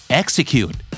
execute